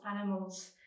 animals